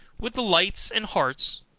with the lights and hearts,